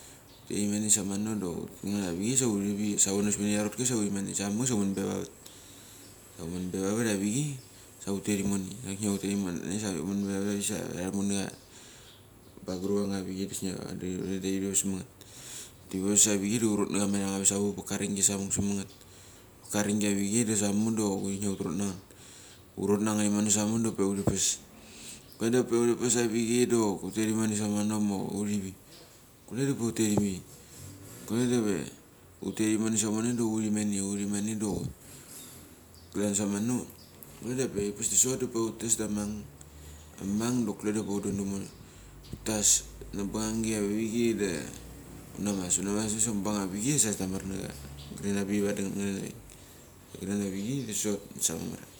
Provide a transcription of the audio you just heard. Pei mano samano dok avichei hurivi sa vono siminia arotki sa huri mene samek sa human pe vavat. Human pe vavat avichei sa hutet imone daki ia hutek sa humen pa vat avik. Tarrumana bagurangabik kisnia vandi tivas manget. Tivas avichei da hurut nama irang samak samat ka aringgi samuk samanget. Hupek ka aringia avichei da samuk dok hutrut nanget. Hurut nanget imono samuk da upe uripes, kule da upe huripes avichei dok huteh imono samo ma hurivi. Kule da upe hutet ivi kule dave, huteh imone sa mane da hupe harivi dok klan samon kule da pe ti pas dasot da hupe hutes da amang, amang dok kule dape hutdontomono. Hutas nabangangi avichei da hunamas sa mubang avichei sa sdanmar n agren avik vadi ngetngaran gren avichei da sot.